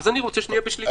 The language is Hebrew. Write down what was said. אני רוצה שנהיה בשליטה.